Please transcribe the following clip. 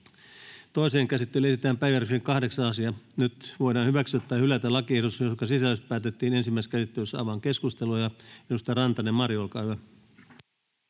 Toiseen käsittelyyn esitellään päiväjärjestyksen 9. asia. Nyt voidaan hyväksyä tai hylätä lakiehdotus, jonka sisällöstä päätettiin ensimmäisessä käsittelyssä. — Avaan keskustelun. Edustaja Rantanen, Mari, olkaa hyvä.